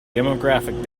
demographic